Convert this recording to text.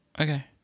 Okay